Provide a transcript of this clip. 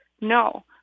no